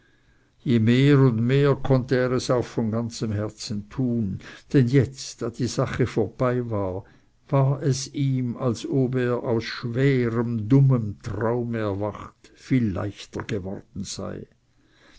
ja mehr und mehr konnte er es auch von ganzem herzen tun denn jetzt da die sache vorbei war war es ihm als ob er aus schwerem dummem traum erwacht viel leichter geworden sei